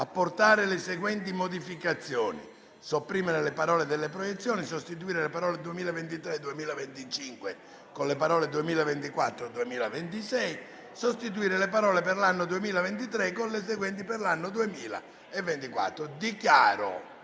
apportare le seguenti modificazioni:* sopprimere le parole: "delle proiezioni"; sostituire le parole: "2023-2025" con le seguenti: "2024-2026"; sostituire le parole: "per l'anno 2023" con le seguenti: "per l'anno 2024". *Allegato